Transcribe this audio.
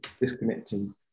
disconnecting